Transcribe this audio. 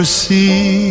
see